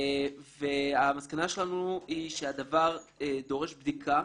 המסקנה שלנו היא שהדבר דורש בדיקה,